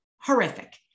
horrific